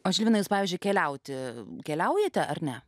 o žilvinas pavyzdžiui keliauti keliaujate ar ne